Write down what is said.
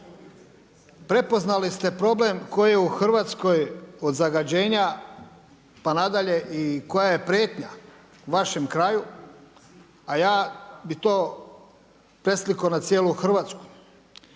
Prepoznali ste problem koji je u Hrvatskoj od zagađenja pa nadalje i koja je prijetnja u vašem kraju, a ja bi to preslikao na cijelu Hrvatsku.